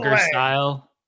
style